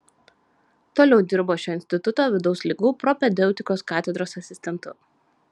toliau dirbo šio instituto vidaus ligų propedeutikos katedros asistentu